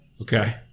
Okay